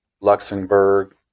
Luxembourg